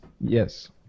yes